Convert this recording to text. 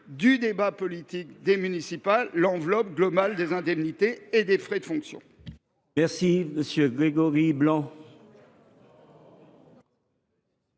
du débat politique des élections municipales l’enveloppe globale des indemnités et des frais de fonction.